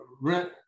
rent